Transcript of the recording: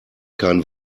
keinen